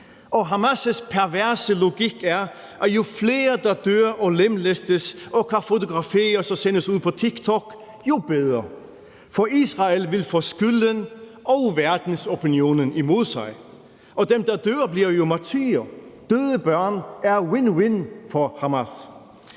Hamas' perverse logik er, at jo flere der dør og lemlæstes og kan fotograferes og vises på TikTok, jo bedre. For Israel vil få skylden og verdensopinionen imod sig. Og dem, der dør, bliver jo martyrer; døde børn er win-win for Hamas.